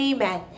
Amen